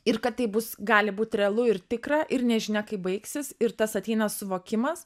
ir kad tai bus gali būt realu ir tikra ir nežinia kaip baigsis ir tas ateina suvokimas